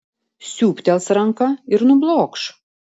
siūbtels ranka ir nublokš